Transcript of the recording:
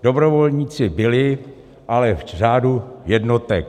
Dobrovolníci byli, ale v řádu jednotek.